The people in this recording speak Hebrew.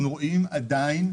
אנחנו רואים עדיין,